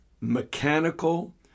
mechanical